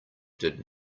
did